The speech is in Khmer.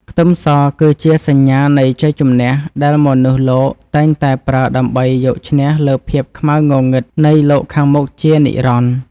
ខ្ទឹមសគឺជាសញ្ញានៃជ័យជំនះដែលមនុស្សលោកតែងតែប្រើដើម្បីយកឈ្នះលើភាពខ្មៅងងឹតនៃលោកខាងមុខជានិរន្តរ៍។